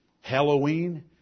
Halloween